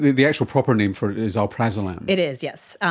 the the actual proper name for it is alprazolam. it is, yes.